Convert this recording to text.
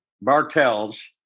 Bartels